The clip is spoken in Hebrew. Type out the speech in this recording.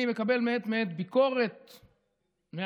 אני מקבל מעת לעת ביקורת מאנשים: